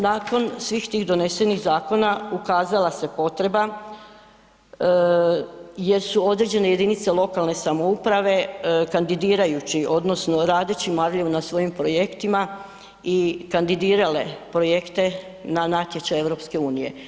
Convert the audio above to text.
Nakon, svih tih donesenih zakona ukazala se potreba jer su određene jedinice lokalne samouprave kandidirajući odnosno radeći marljivo na svojim projektima i kandidirale projekte na natječaj EU.